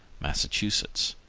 massachusetts.